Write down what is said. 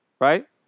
right